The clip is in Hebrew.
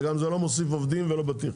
וגם זה לא מוסיף עובדים ולא בטיח.